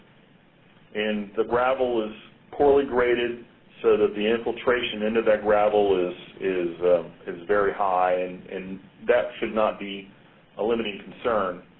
and the gravel is poorly graded so that the infiltration into that gravel is is very high and and that should not be a limiting concern.